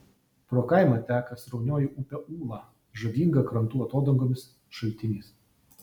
pro kaimą teka sraunioji upė ūla žavinga krantų atodangomis šaltiniais